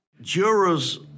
Jurors